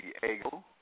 Diego